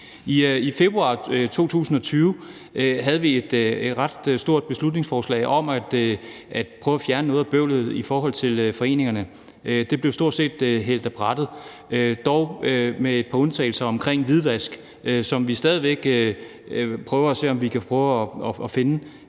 I februar 2020 havde vi et ret stort beslutningsforslag om at prøve at fjerne noget af bøvlet i forhold til foreningerne. Det blev stort set hældt ned ad brættet, dog med et par undtagelser omkring hvidvask, som vi stadig væk prøver på at finde